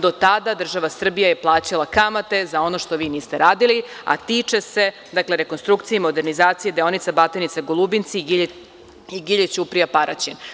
Do tada država Srbija je plaćala kamate za ono što vi niste radili, a tiče se rekonstrukcije i modernizacije deonice Batajnica – Golubinci, i Gilje, Ćuprija – Paraćin.